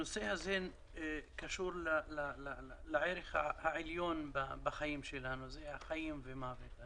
הנושא הזה קשור לערך העליון בחיים שלנו שהוא החיים ומוות.